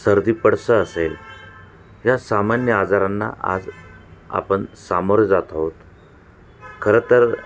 सर्दीपडसं असेल या सामान्य आजारांना आज आपण सामोरे जात आहोत खरं तर